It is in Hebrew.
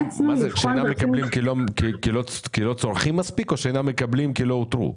לא מקבלים כי לא צורכים מספיק או שלא מקבלים כי לא אותרו?